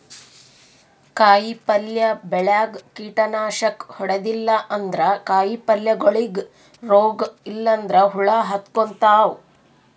ಕಾಯಿಪಲ್ಯ ಬೆಳ್ಯಾಗ್ ಕೀಟನಾಶಕ್ ಹೊಡದಿಲ್ಲ ಅಂದ್ರ ಕಾಯಿಪಲ್ಯಗೋಳಿಗ್ ರೋಗ್ ಇಲ್ಲಂದ್ರ ಹುಳ ಹತ್ಕೊತಾವ್